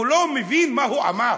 והוא לא מבין מה הוא אמר.